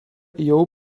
jau